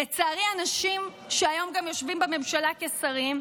לצערי האנשים שהיום גם יושבים בממשלה כשרים,